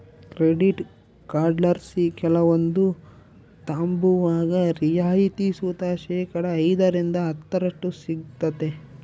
credit ಕಾರ್ಡ್ಲಾಸಿ ಕೆಲವೊಂದು ತಾಂಬುವಾಗ ರಿಯಾಯಿತಿ ಸುತ ಶೇಕಡಾ ಐದರಿಂದ ಹತ್ತರಷ್ಟು ಸಿಗ್ತತೆ